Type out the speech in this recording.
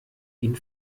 ihn